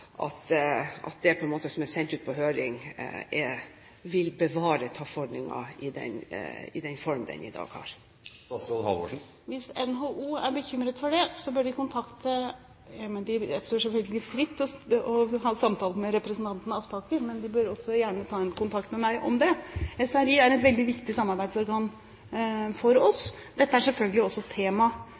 at det som er sendt ut på høring, vil innebære å bevare TAF-ordningen i den form den har i dag. Hvis NHO er bekymret for det – det står dem selvfølgelig fritt å ha samtaler med representanten Aspaker – bør de gjerne også ta kontakt med meg om det. SRY er et veldig viktig samarbeidsorgan for oss. Dette er selvfølgelig også et tema